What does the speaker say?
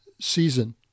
season